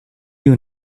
you